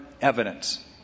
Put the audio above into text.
evidence